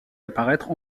apparaître